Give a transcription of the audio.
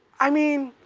i mean